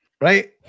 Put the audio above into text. right